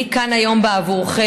אני כאן היום בעבורכם.